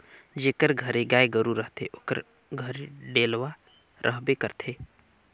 जेकर घरे गाय गरू रहथे ओकर घरे डेलवा रहबे करथे